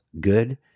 good